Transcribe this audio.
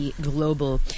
Global